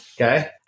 Okay